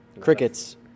Crickets